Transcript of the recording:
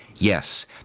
Yes